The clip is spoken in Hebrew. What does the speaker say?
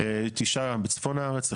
תשעה בצפון הארץ,